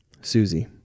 Susie